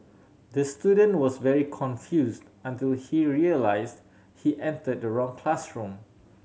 the student was very confuse until he realise he entered the wrong classroom